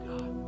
God